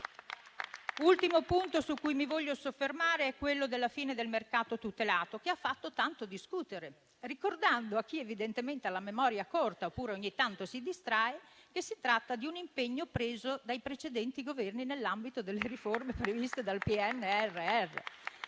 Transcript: L'ultimo punto su cui mi voglio soffermare è la fine del mercato tutelato, che tanto ha fatto discutere, ricordando a chi evidentemente ha la memoria corta, oppure ogni tanto si distrae, che si tratta di un impegno preso dai precedenti Governi nell'ambito delle riforme previste dal PNRR.